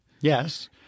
Yes